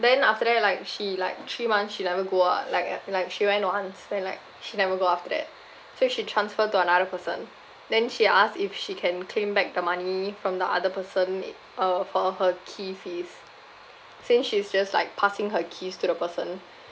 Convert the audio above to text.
then after that like she like three months she never go ah like at like she went once then like she never go after that so she transfer to another person then she asked if she can claim back the money from the other person i~ uh for her key fees since she's just like passing her keys to the person